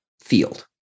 field